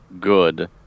good